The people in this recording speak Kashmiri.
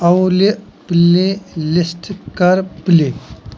اَولہِ پٕلے لِسٹ کَر پٕلے